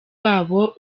wabo